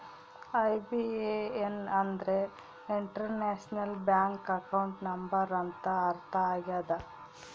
IBAN ಅಂದ್ರೆ international bank account number ಅಂತ ಅರ್ಥ ಆಗ್ಯದ